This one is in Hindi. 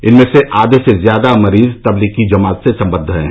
इनमें से आधे से ज्यादा मरीज तबलीगी जमात से सम्बद्ध हैं